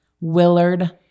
Willard